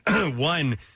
one